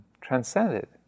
transcended